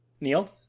Neil